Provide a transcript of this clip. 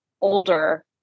older